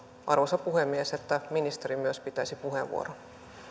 arvoisa puhemies että myös ministeri pitäisi puheenvuoron jatkamme